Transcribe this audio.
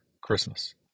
Christmas